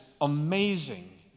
amazing